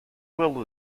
will